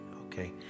Okay